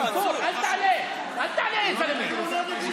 הוא פוגש אותם ורואה אותם בכל סיור.